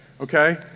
Okay